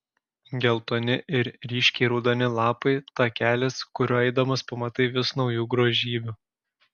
geltoni ir ryškiai raudoni lapai takelis kuriuo eidamas pamatai vis naujų grožybių